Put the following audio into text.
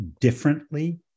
differently